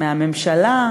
מהממשלה,